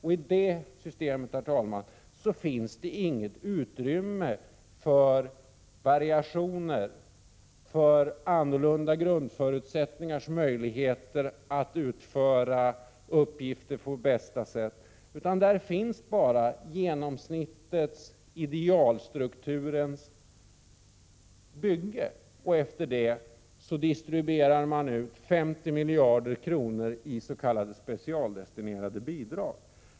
I det systemet finns det inget utrymme för variationer, för möjligheterna att med andra grundförutsättningar utföra uppgifter på bästa sätt, utan där finns bara genomsnittets, idealstrukturens bygge. Efter det distribuerar man ut 50 miljarder kronor i s.k. specialdestinerade bidrag.